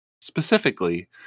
specifically